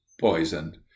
poisoned